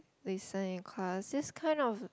listen in class this kind of